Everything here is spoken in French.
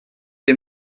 des